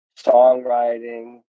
songwriting